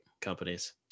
companies